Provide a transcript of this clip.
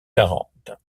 quarante